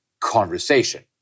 conversation